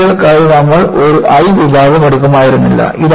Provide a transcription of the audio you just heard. റെയിലുകൾക്കായി നമ്മൾ ഒരു I വിഭാഗം എടുക്കുമായിരുന്നില്ല